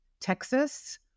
Texas